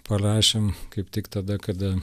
parašėm kaip tik tada kada